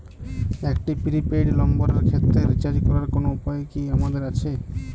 একটি prepaid নম্বরের ক্ষেত্রে রিচার্জ করার কোনো উপায় কি আমাদের আছে?